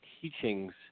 teachings